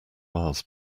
miles